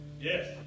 Yes